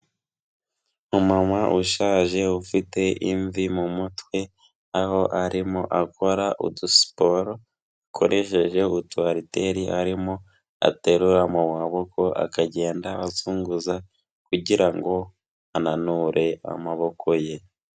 Umumama ushaje ufite imvi mu mutwe, aho arimo akora udusiporo akoresheje utu ariteri arimo aterura mu maboko akagenda azunguza kugira ngo ananure amaboko ye.